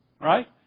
Right